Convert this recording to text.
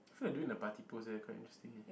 I feel like doing the party post eh quite interesting eh